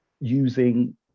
using